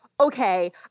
okay